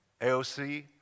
AOC